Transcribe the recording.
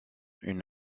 une